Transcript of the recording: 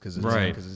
Right